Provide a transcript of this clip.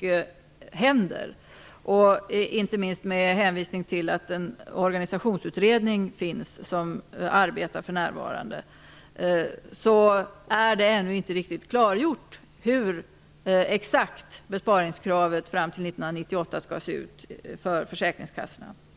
det händer så mycket. Inte minst med hänsyn till den organisationsutredning som för närvarande arbetar är det ännu inte riktigt klargjort exakt hur besparingskravet fram till 1998 för försäkringskassorna skall se ut.